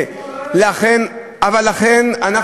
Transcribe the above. לכן,